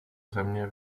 země